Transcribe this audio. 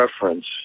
preference